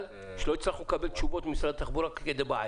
שלא הצלחנו לקבל תשובות ממשרד התחבורה כדבעי.